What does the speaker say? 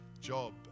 job